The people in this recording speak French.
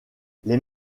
les